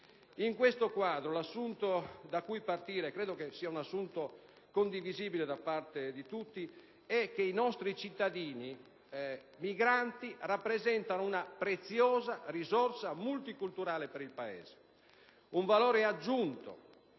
In questo quadro l'assunto da cui partire, e che credo sia condivisibile da tutti, è che i nostri cittadini migranti rappresentano una preziosa risorsa multiculturale per il Paese, un valore aggiunto